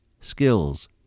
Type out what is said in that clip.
skills